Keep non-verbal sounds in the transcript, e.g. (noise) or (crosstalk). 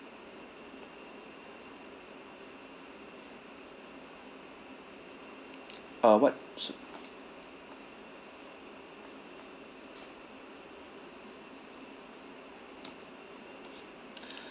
uh what s~ (breath)